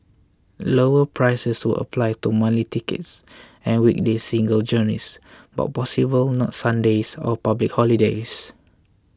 lower prices would apply to monthly tickets and weekday single journeys but possibly not Sundays or public holidays